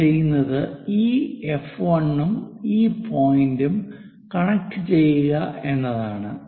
നമ്മൾ ചെയ്യുന്നത് ഈ എഫ് 1 ഉം ഈ പോയിന്റും കണക്റ്റുചെയ്യുക എന്നതാണ്